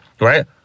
right